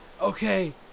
okay